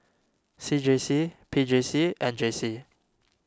C J C P J C and J C